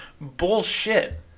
Bullshit